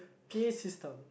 P_A system